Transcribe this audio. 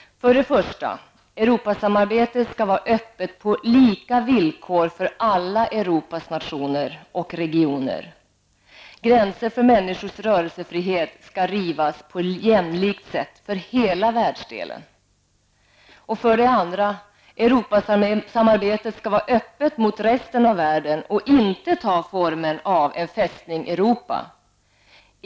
Europasamarbetet skall vara öppet på lika villkor för alla Europas nationer och regioner. Gränser för människors rörelsefrihet skall rivas på jämlikt sätt för hela världsdelen. 2. Europasamarbetet skall vara öppet mot resten av världen och inte ta formen av en ''fästning Europa''.